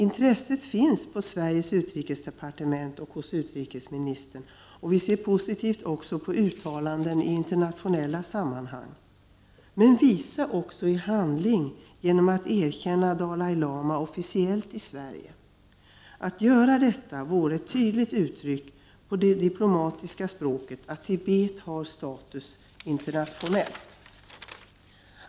Intresset finns i Sveriges utrikesdepartement och hos utrikesministern, och vi ser positivt också på uttalanden i internationella sammanhang. Men visa det också i handling, genom att erkänna Dalai Lama officiellt i Sverige! Att göra detta vore ett tydligt uttryck på det diplomatiska språket för att Tibet har status internationellt.